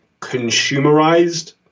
consumerized